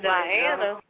Diana